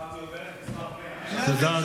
היום אבי עובר את מספר 100. 101. תודה.